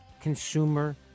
consumer